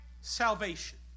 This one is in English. salvation